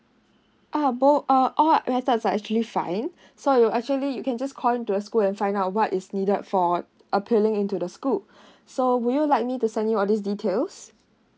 ah both ah all website are actually fine so you actually you can just call in to the school and find out what is needed for appealing into the school so would you like me to send you all these details